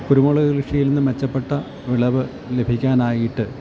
കുരുമുളക് കൃഷിയിൽനിന്ന് മെച്ചപ്പെട്ട വിളവ് ലഭിക്കാനായിട്ട്